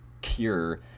cure